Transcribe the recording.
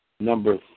number